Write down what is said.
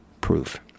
proof